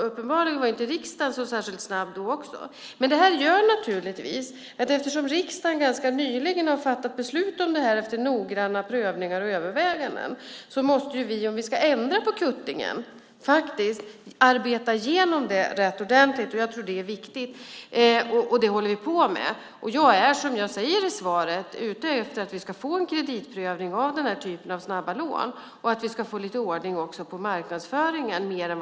Uppenbarligen var inte riksdagen särskilt snabb då heller. Detta gör naturligtvis, eftersom riksdagen ganska nyligen har fattat beslut om detta efter noggranna prövningar och överväganden, att vi om vi ska vända på kuttingen faktiskt måste arbeta igenom det rätt ordentligt. Jag tror att det är viktigt, och det håller vi på med. Jag är som jag säger i svaret ute efter att vi ska få en kreditprövning av den här typen av snabba lån och att vi också ska få lite bättre ordning än i dag på marknadsföringen.